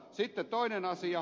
sitten toinen asia